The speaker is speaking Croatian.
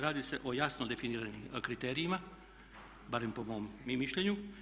Radi se o jasno definiranim kriterijima, barem po mom mišljenju.